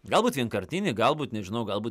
galbūt vienkartinį galbūt nežinau galbūt